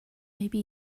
maybe